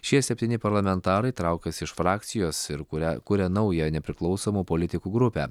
šie septyni parlamentarai traukiasi iš frakcijos ir kuria kuria naują nepriklausomų politikų grupę